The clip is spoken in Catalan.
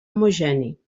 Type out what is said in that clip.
homogeni